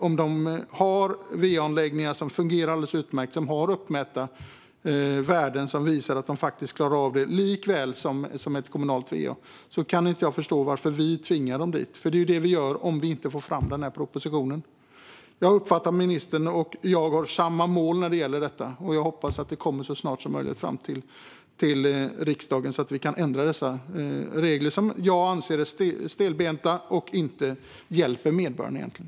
Om de har va-anläggningar som fungerar alldeles utmärkt och uppmätta värden som visar att de klarar av det lika väl som ett kommunalt va kan jag inte förstå varför vi tvingar dem dit. Det är vad vi gör om vi inte får fram propositionen. Jag uppfattar att ministern och jag har samma mål när det gäller detta. Jag hoppas att det så snart som möjligt kommer ett förslag till riksdagen så att vi kan ändra dessa regler som jag anser är stelbenta och egentligen inte hjälper medborgarna.